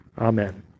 amen